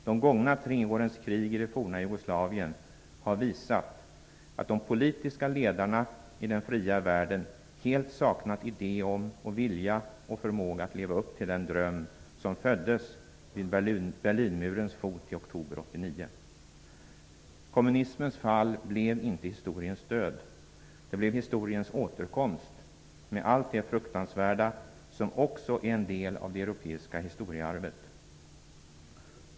De gångna tre årens krig i det forna Jugoslavien har visat att de politiska ledarna i den fria världen helt saknat idé om och vilja och förmåga att leva upp till den dröm, som föddes vid Berlinmuren i oktober Kommunismens fall blev inte historiens död. Det blev historiens återkomst med allt det fruktansvärda, som också är en del av det europeiska historiearvet.